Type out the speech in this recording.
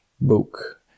book